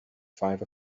five